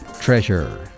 treasure